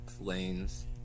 lanes